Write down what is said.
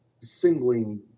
singling